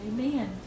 Amen